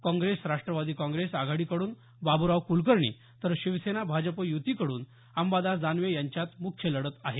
काँग्रेस राष्ट्रवादी काँग्रेस आघाडीकडून बाबुराव कुलकर्णी तर शिवसेना भाजप युतीकडून अंबादास दानवे यांच्यात मुख्य लढत आहे